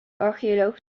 archeoloog